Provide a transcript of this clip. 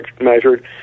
measured